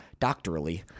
doctorally